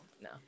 no